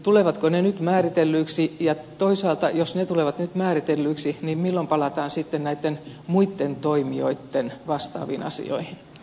tulevatko ne nyt määritellyiksi ja toisaalta jos ne tulevat nyt määritellyiksi milloin palataan sitten näitten muitten toimijoitten vastaaviin asioihin